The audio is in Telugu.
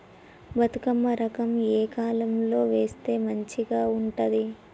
బతుకమ్మ రకం ఏ కాలం లో వేస్తే మంచిగా ఉంటది?